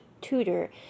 tutor